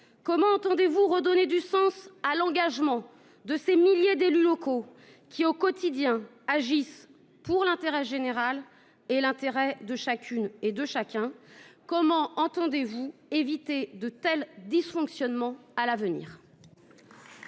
comment entendez-vous redonner du sens à l'engagement de ces milliers d'élus locaux qui, au quotidien, agissent pour l'intérêt général et l'intérêt de chacune et de chacun, comment entendez-vous éviter de tels dysfonctionnements à l'avenir.